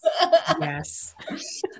yes